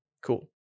Cool